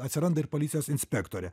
atsiranda ir policijos inspektorė